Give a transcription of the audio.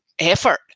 Effort